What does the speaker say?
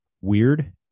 weird